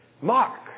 mark